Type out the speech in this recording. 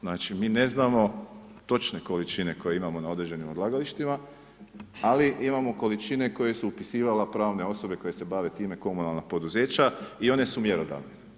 Znači mi ne znamo točne količine koje imamo na određenim odlagalištima ali imamo količine koje su upisivale pravne osobe koje se bave time komunalna poduzeća i one su mjerodavne.